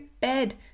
bed